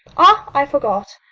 ah, i forgot.